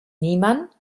niemann